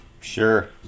Sure